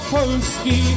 Polski